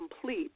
complete